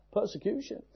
Persecution